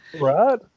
Right